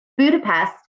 Budapest